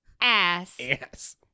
ass